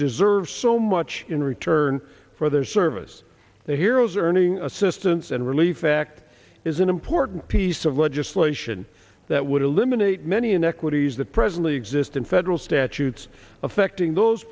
deserve so much in return for their service their heroes earning assistants and real effect is an important piece of legislation that would eliminate many inequities that presently exist in federal statutes affecting those